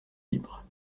libres